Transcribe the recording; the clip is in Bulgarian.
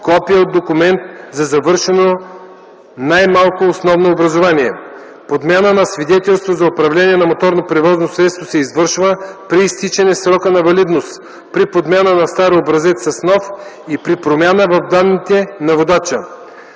копие от документ за завършено най-малко основно образование. Подмяна на свидетелство за управление на моторно превозно средство се извършва при изтичане срока на валидност, при подмяна на стар образец с нов и при промяна в данните на водача.